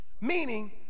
Meaning